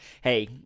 hey